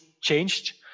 changed